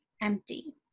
empty